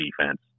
defense